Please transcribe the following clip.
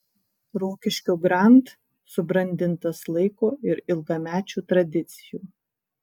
rokiškio grand subrandintas laiko ir ilgamečių tradicijų